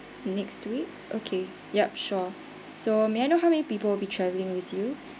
next week okay yup sure so may I know how many people be traveling with you